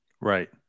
Right